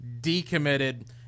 decommitted